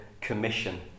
commission